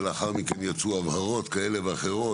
שלאחר מכן יצאו הבהרות כאלו ואחרות,